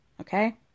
Okay